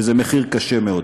וזה מחיר קשה מאוד,